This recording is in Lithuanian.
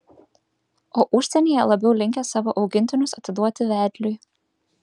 o užsienyje labiau linkę savo augintinius atiduoti vedliui